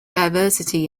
diversity